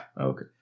Okay